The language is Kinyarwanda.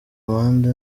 amande